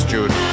Jude